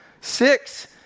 Six